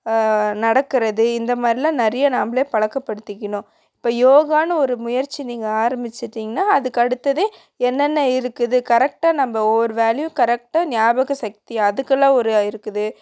நடக்கிறது இந்த மாதிரிலாம் நிறைய நம்மளே பழக்கப்படுத்திக்கிணும் இப்போ யோகான்னு ஒரு முயற்சி நீங்கள் ஆரம்மிச்சிட்டீங்கன்னா அதுக்கு அடுத்ததே என்னென்ன இருக்குது கரெக்டாக நம்ம ஒவ்வொரு வேலையும் கரெக்டாக ஞாபக சக்தி அதுக்கெல்லாம் ஒரு இருக்குது